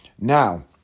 Now